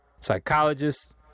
psychologists